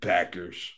Packers